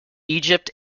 egypt